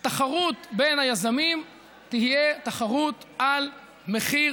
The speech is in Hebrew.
התחרות בין היזמים תהיה תחרות על מחיר